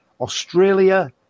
Australia